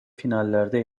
finallerde